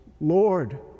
Lord